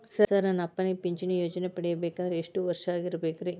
Sir ನನ್ನ ಅಪ್ಪನಿಗೆ ಪಿಂಚಿಣಿ ಯೋಜನೆ ಪಡೆಯಬೇಕಂದ್ರೆ ಎಷ್ಟು ವರ್ಷಾಗಿರಬೇಕ್ರಿ?